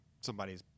somebody's